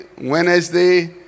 wednesday